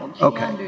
Okay